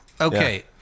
Okay